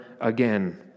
again